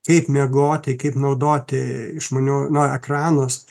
kaip miegoti kaip naudoti išmanių na ekranus